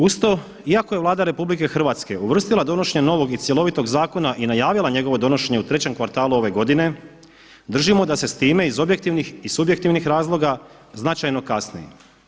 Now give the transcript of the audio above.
Uz to, iako je Vlada RH uvrstila donošenje novog i cjelovitog zakona i najavila njegovo donošenje u trećem kvartalu ove godine držimo da se s time iz objektivnih i subjektivnih razloga značajno kasni.